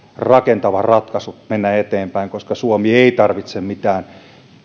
rakentava ratkaisu mennä eteenpäin koska suomi ei tarvitse mitään